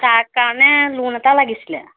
তাৰ কাৰণে লোন এটা লাগিছিলে